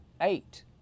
Eight